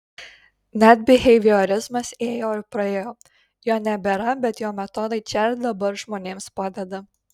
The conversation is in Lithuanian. net biheviorizmas ėjo ir praėjo jo nebėra bet jo metodai čia ir dabar žmonėms padeda